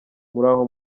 muraho